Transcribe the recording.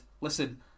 listen